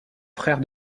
frère